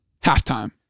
halftime